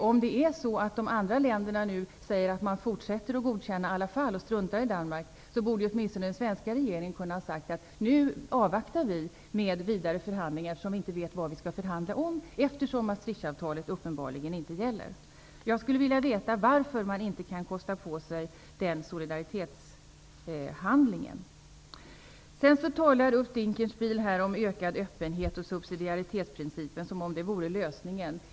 Om de andra länderna nu säger att man fortsätter att godkänna avtalet i alla fall och struntar i Danmark, så borde åtminstone den svenska regeringen ha kunnat säga att nu avvaktar vi med vidare förhandlingar eftersom vi inte vet vad vi skall förhandla om, då Maastrichtavtalet uppenbarligen inte gäller. Jag skulle vilja veta varför man inte kan kosta på sig den solidaritetshandlingen. Sedan talar Ulf Dinkelspiel här om ökad öppenhet och om subsidiaritetsprincipen, som om det vore lösningen.